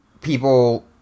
people